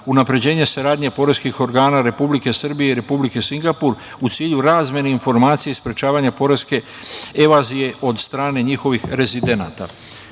unapređenje saradnje poreskih organa Republike Srbije i Republike Singapur u cilju razmene informacija i sprečavanja poreske evazije od strane njihovih rezidenata. Ugovor